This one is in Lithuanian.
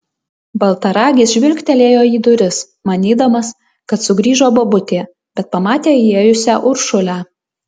baltaragis žvilgtelėjo į duris manydamas kad sugrįžo bobutė bet pamatė įėjusią uršulę